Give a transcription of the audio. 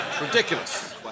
Ridiculous